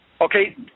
Okay